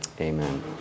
Amen